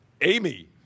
Amy